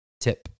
tip